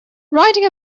riding